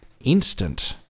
instant